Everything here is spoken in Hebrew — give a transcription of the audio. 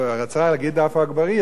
רצה להגיד עפו אגבאריה,